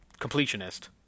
completionist